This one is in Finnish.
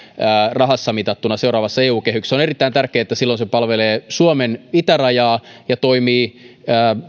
seuraavassa eu kehyksessä on erittäin tärkeää että silloin se palvelee suomen itärajaa ja toimii